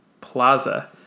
Plaza